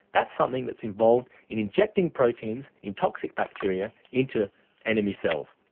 that's something that's involved in injecting proteins in toxic bacteria into enemy cells.